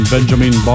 Benjamin